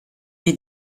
wir